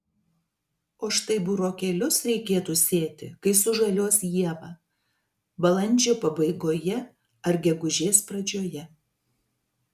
o štai burokėlius reikėtų sėti kai sužaliuos ieva balandžio pabaigoje ar gegužės pradžioje